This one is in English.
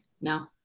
No